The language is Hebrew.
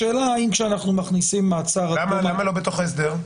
השאלה אם כשאנחנו מכינים מעצר עד תום ההליכים --- למה לא בתוך ההסדר?